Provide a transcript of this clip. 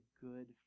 good